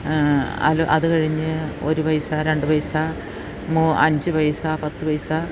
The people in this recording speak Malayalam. അതു കഴിഞ്ഞ് ഒരു പൈസ രണ്ടു പൈസ അഞ്ചു പൈസ പത്തു പൈസ